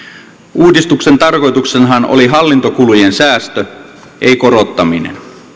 uudistuksen tarkoituksenahan oli hallintokulujen säästö ei korottaminen